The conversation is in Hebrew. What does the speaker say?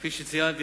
כפי שציינתי,